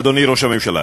אדוני ראש הממשלה,